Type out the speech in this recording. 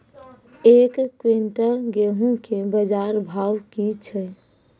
एक क्विंटल गेहूँ के बाजार भाव की छ?